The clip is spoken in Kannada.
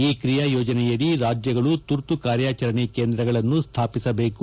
ಈ ಕ್ರಿಯಾಯೋಜನೆ ಅಡಿ ರಾಜ್ಯಗಳು ಮರ್ತು ಕಾರ್ಯಾಚರಣೆ ಕೇಂದ್ರಗಳನ್ನು ಸ್ಥಾಪಿಸಬೇಕು